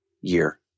year